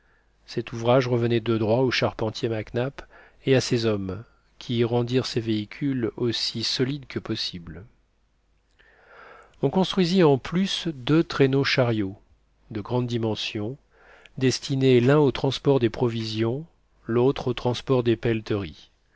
cet ouvrage revenait de droit au charpentier mac nap et à ses hommes qui rendirent ces véhicules aussi solides que possible on construisit en plus deux traîneaux chariots de grandes dimensions destinés l'un au transport des provisions l'autre au transport des pelleteries